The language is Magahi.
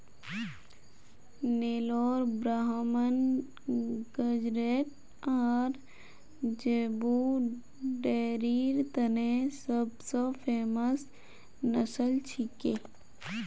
नेलोर ब्राह्मण गेज़रैट आर ज़ेबू डेयरीर तने सब स फेमस नस्ल छिके